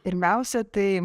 pirmiausia tai